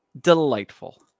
delightful